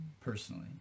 personally